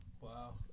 wow